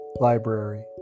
library